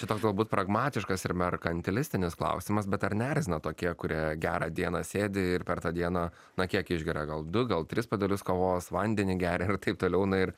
čia toks galbūt pragmatiškas ir merkantilinis klausimas bet ar neerzina tokie kurie gerą dieną sėdi ir per tą dieną na kiek išgeria gal du gal tris puodelius kavos vandenį geria ir taip toliau na ir